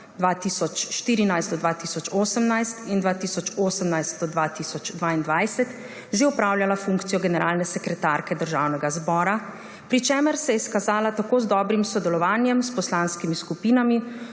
2014–2018 in 2018–2022 že opravljala funkcijo generalne sekretarke Državnega zbora, pri čemer se je izkazala tako z dobrim sodelovanjem s poslanskimi skupinami